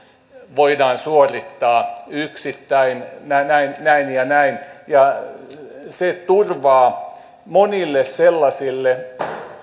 voidaan suorittaa yksittäin näin näin ja näin se turvaa ammattitaidon monille sellaisille